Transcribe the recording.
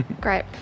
Great